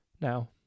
Now